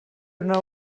una